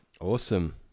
awesome